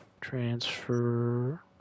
transfer